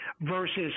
versus